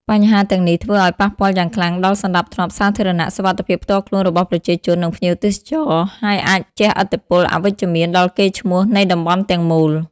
បញ្ហាទាំងនេះធ្វើឲ្យ ប៉ះពាល់យ៉ាងខ្លាំងដល់សណ្តាប់ធ្នាប់សាធារណៈ សុវត្ថិភាពផ្ទាល់ខ្លួនរបស់ប្រជាជន និងភ្ញៀវទេសចរ ហើយអាចជះឥទ្ធិពលអវិជ្ជមានដល់កេរ្តិ៍ឈ្មោះនៃតំបន់ទាំងមូល។